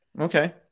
Okay